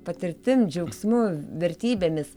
patirtim džiaugsmu vertybėmis